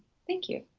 thank you.